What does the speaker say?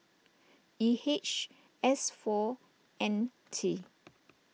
E H S four N T